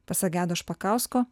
pasigedo špakausko